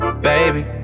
Baby